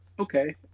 okay